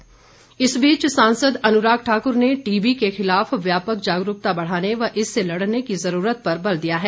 अनुराग ठाकुर इस बीच सांसद अनुराग ठाकुर ने टीबी के खिलाफ व्यापक जागरूकता बढ़ाने व इससे लड़ने की ज़रूरत पर बल दिया है